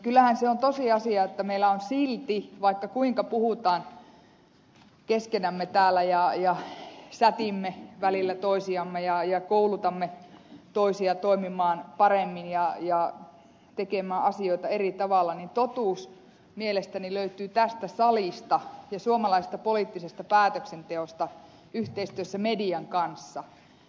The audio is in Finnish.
kyllähän se on tosiasia että vaikka kuinka puhumme keskenämme täällä ja sätimme välillä toisiamme ja koulutamme toisia toimimaan paremmin ja tekemään asioita eri tavalla niin totuus mielestäni löytyy tästä salista ja suomalaisesta poliittisesta päätöksenteosta yhteistyössä median kanssa